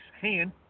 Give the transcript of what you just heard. hand